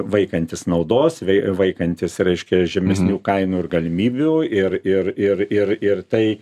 vaikantis naudos vai vaikantis reiškia žemesnių kainų ir galimybių ir ir ir ir ir tai